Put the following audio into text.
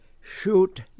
shoot